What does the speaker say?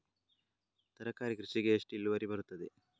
ತರಕಾರಿ ಕೃಷಿಗೆ ಎಷ್ಟು ಇಳುವರಿ ಬರುತ್ತದೆ?